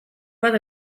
bat